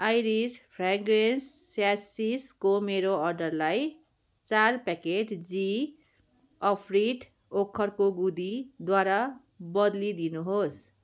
iris fragrance sachet मेरो अर्डरलाई चार प्याकेट जियोफिट अफ्रिट ओखरको गुदीद्वारा बद्लिदिनुहोस्